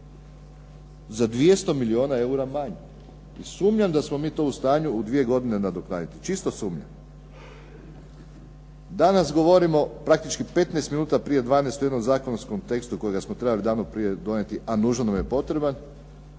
za 200 milijuna eura manje. Sumnjam da smo mi to u stanju u dvije godine nadoknaditi, čisto sumnjam. Danas govorimo praktički 15 minuta prije 12 o jednom zakonskom tekstu kojega smo trebali davno prije donijeti, a nužno nam je potreban.